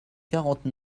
quarante